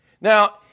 Now